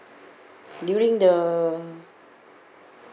during the